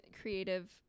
creative